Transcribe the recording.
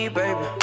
baby